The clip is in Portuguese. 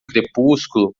crepúsculo